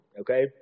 okay